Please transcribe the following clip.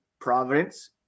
Providence